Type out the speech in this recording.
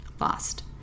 lost